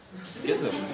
schism